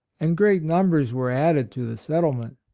and great numbers were added to the settle ment.